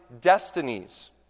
destinies